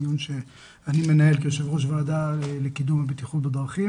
דיון שאני מנהל כיו"ר ועדה לקידום הבטיחות בדרכים.